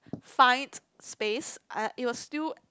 ~fined space uh it was still